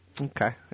Okay